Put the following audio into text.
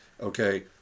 Okay